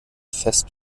fest